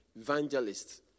evangelists